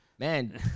Man